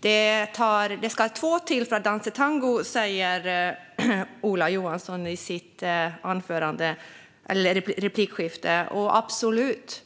Det krävs två för att dansa tango, säger Ola Johansson i sitt anförande. Absolut!